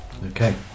Okay